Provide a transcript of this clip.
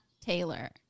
Taylor